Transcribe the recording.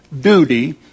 duty